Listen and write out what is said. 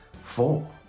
Four